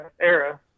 era